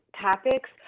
topics